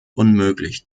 unmöglich